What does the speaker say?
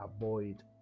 avoid